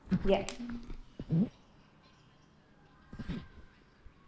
ya